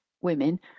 women